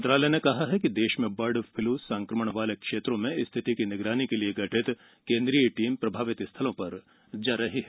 मंत्रालय ने कहा कि देश में बर्ड फ्लू संक्रमण वाले क्षेत्रों में स्थिति की निगरानी के लिए गठित केंद्रीय टीम प्रभावित स्थलों पर जा रही है